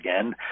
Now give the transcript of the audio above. again